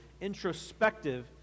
introspective